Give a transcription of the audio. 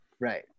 Right